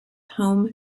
home